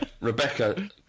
Rebecca